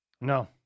No